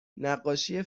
نقاشی